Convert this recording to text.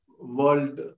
world